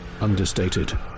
understated